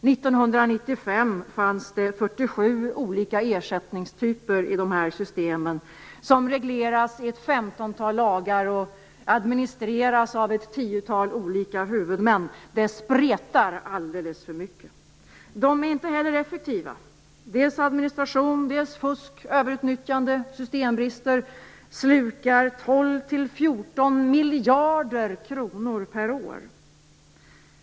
1995 fanns det 47 olika ersättningstyper i dessa system, som regleras i ett femtontal lagar och administreras av ett tiotal olika huvudmän. Det spretar alldeles för mycket. De är inte heller effektiva. Dels administration, dels fusk, överutnyttjande och systembrister slukar 12-14 miljarder kronor per år.